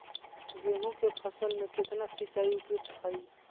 गेंहू के फसल में केतना सिंचाई उपयुक्त हाइ?